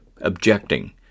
objecting